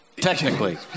technically